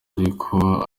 ariko